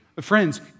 Friends